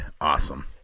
awesome